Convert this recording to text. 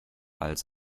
als